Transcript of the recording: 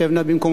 שב נא במקומך.